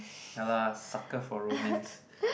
ya lah sucker for romance